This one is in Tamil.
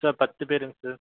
சார் பத்துப்பேருங்க சார்